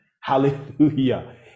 hallelujah